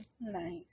Nice